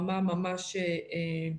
כלומר אני כבר כרגע עובד במינוס ארבע